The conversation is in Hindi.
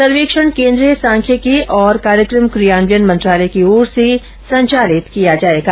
सर्वेक्षण केन्द्रीय सांख्यिकी और कार्यक्रम कियान्वयन मंत्रालय की ओर से संचालित किया जाएगा